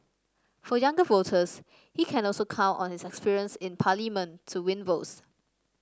for younger voters he can also count on his experience in Parliament to win votes